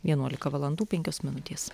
vienuolika valandų penkios minutės